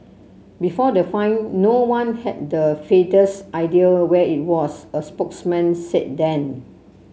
before the find no one had the faintest idea where it was a spokesman said then